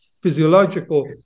physiological